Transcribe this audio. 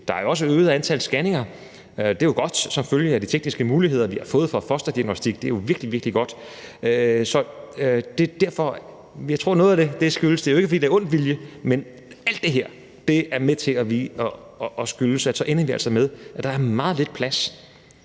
Der er også et øget antal scanninger – det er jo godt – som følge af de tekniske muligheder, vi har fået fra fosterdiagnostik. Det er jo virkelig, virkelig godt. Det er jo ikke, fordi det er af ond vilje, men alt det her er med til at gøre, at vi altså ender med, at der er meget lidt plads